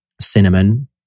cinnamon